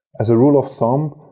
as a rule of thumb,